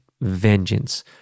vengeance